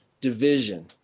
Division